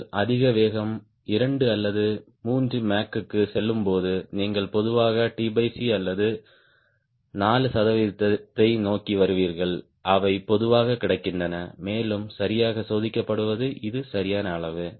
நீங்கள் அதிக வேகம் 2 அல்லது மேக் 3 க்குச் செல்லும்போது நீங்கள் பொதுவாக அல்லது 4 சதவிகிதத்தை நோக்கி வருவீர்கள் அவை பொதுவாகக் கிடைக்கின்றன மேலும் சரியாகச் சோதிக்கப்படுவது இது சரியான அளவு